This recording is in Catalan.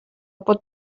pot